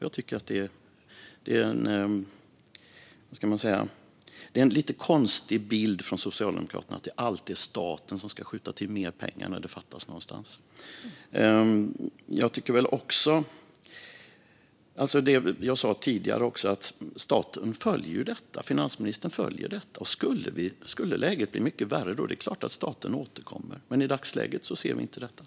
Jag tycker att det är en lite konstig bild från Socialdemokraterna att det alltid är staten som ska skjuta till mer pengar när det fattas någonstans. Jag sa tidigare att staten följer detta. Finansministern följer detta, och skulle läget bli mycket värre är det klart att staten återkommer. Men i dagsläget ser vi det inte.